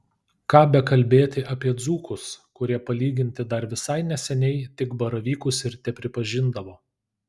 ką bekalbėti apie dzūkus kurie palyginti dar visai neseniai tik baravykus ir tepripažindavo